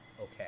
okay